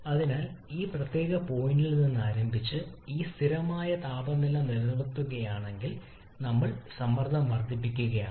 അതിനാൽ ഈ പ്രത്യേക പോയിന്റിൽ നിന്ന് ആരംഭിച്ച് ഈ സ്ഥിരമായ താപനില നിലനിർത്തുകയാണെങ്കിൽ നമ്മൾ സമ്മർദ്ദം വർദ്ധിപ്പിക്കുകയാണ്